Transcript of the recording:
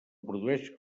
produeix